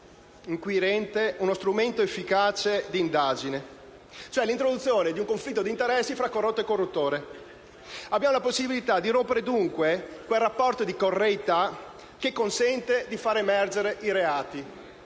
inquirente uno strumento efficace d'indagine, cioè l'introduzione di un conflitto di interessi fra corrotto e corruttore. Abbiamo la possibilità di rompere dunque quel rapporto di correità, consentendo di far emergere reati